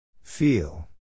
Feel